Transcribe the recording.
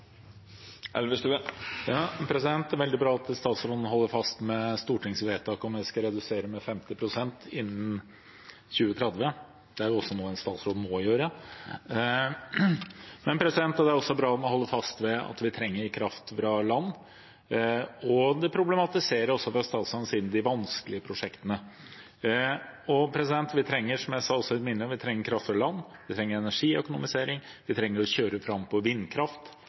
Det er veldig bra at statsråden holder fast ved stortingsvedtaket om at en skal redusere med 50 pst. innen 2030. Det er jo også noe en statsråd må gjøre. Det er også bra at man holder fast ved at vi trenger kraft fra land, og at en også fra statsrådens side problematiserer de vanskelige prosjektene. Vi trenger, som jeg sa også i mitt innlegg, kraft fra land, vi trenger energiøkonomisering, og vi trenger å kjøre fram vindkraft